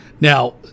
Now